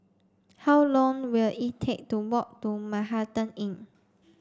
how long will it take to walk to Manhattan Inn